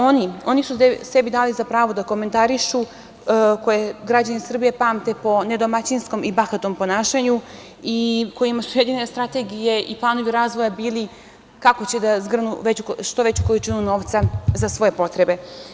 Oni su sebi dali za pravo da komentarišu, oni koje građani Srbije pamte po nedomaćinskom i bahatom ponašanju i kojima su jedine strategije i planovi razvoja bili kako će da zgrnu što veću količinu novca za svoje potrebe.